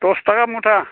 दस थाखा मुथा